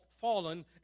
fallen